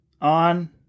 On